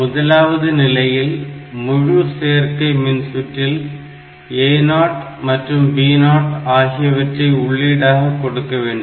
முதலாவது நிலையில் முழு சேர்க்கை மின்சுற்றில் A0 மற்றும் B0 ஆகியவற்றை உள்ளீடாக கொடுக்கவேண்டும்